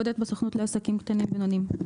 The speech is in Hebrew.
עובדת בסוכנות לעסקים קטנים ובינוניים.